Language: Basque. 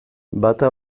bata